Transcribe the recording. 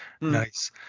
nice